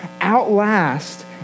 outlast